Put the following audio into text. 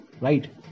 Right